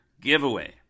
Giveaway